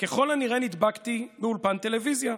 "ככל הנראה נדבקתי באולפן טלוויזיה.